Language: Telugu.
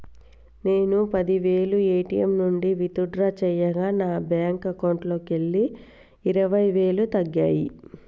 నేను పది వేలు ఏ.టీ.యం నుంచి విత్ డ్రా చేయగా నా బ్యేంకు అకౌంట్లోకెళ్ళి ఇరవై వేలు తగ్గాయి